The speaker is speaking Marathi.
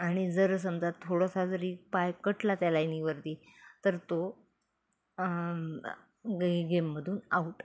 आणि जर समजा थोडासा जरी पाय कटला त्या लाईनीवरती तर तो गे गेममधून आऊट